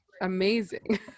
amazing